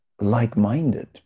like-minded